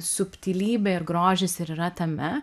subtilybė ir grožis ir yra tame